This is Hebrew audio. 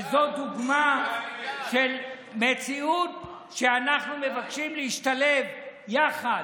וזו דוגמה של מציאות שאנחנו מבקשים להשתלב יחד,